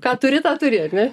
ką turi tą turi ar ne